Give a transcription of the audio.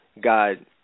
God